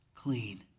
Clean